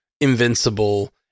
Invincible